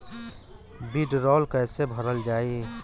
वीडरौल कैसे भरल जाइ?